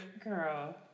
girl